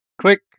Quick